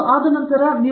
ಮತ್ತು ಇದು ಆಶ್ಚರ್ಯಕರವಾಗಿ